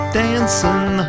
dancing